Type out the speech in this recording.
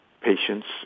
patients